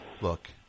Look